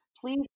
Please